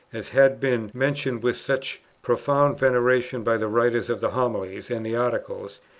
as had been mentioned with such profound veneration by the writers of the homilies and the articles,